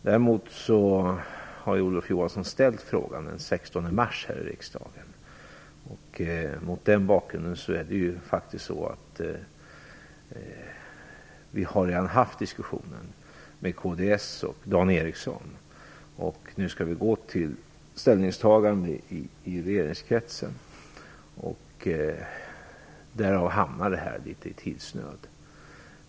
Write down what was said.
Olof Johansson lämnade in sin fråga den 16 mars till riksdagen, och vi har, som sagt, redan haft en diskussion med Dan Ericsson, kds. Nu skall vi gå till ett ställningstagande i regeringskretsen. Därför hamnar detta litet grand i tidsnöd.